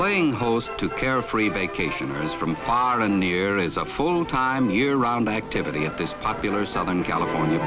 playing host to carefree vacationers from far and near is a full time year round activity at this popular southern california